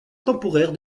temporaire